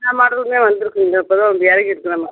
எல்லா மாடலுமே வந்திருக்குங்க இப்போ தான் வந்து இறங்கிருக்கு எல்லாமே